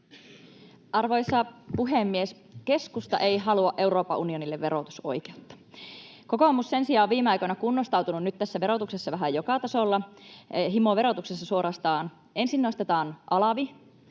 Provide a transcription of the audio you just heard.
Arvoisa puhemies! Keskusta ei halua Euroopan unionille verotusoikeutta. Kokoomus sen sijaan on nyt viime aikoina kunnostautunut tässä verotuksessa vähän joka tasolla, himoverotuksessa suorastaan. Ensin nostetaan alvi,